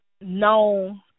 known